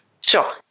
Sure